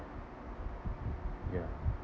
ya